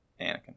anakin